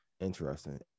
interesting